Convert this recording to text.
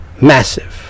Massive